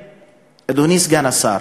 אדוני סגן השר,